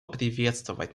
приветствовать